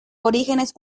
orígenes